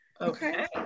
Okay